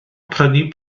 prynu